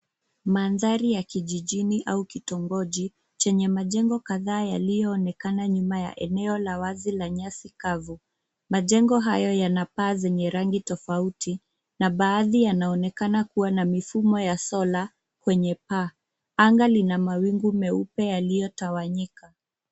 Mandhari ya kijijini au kitongoji chenye majengo kadhaa yaliyoonekana nyuma ya eneo la wazi la nyasi kavu. Majengo hayo yana paa zenye rangi tofauti na baadhi yanaonekana kuwa na mifumo ya sola kwenye paa. Anga lina mawingu meupe yaliyotawanyika.